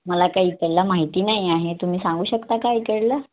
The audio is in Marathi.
मला काही इकडला माहिती नाही आहे तुम्ही सांगू शकता का इकडला